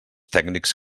tècnics